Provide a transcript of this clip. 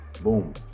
Boom